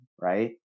right